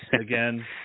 again